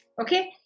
Okay